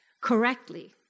correctly